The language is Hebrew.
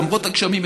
למרות הגשמים,